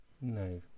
no